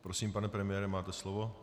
Prosím, pane premiére, máte slovo.